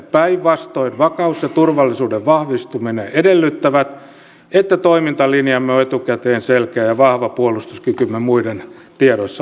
päinvastoin vakaus ja turvallisuuden vahvistaminen edellyttävät että toimintalinjamme on etukäteen selkeä ja vahva puolustuskykymme on muiden tiedossa